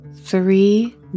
three